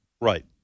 Right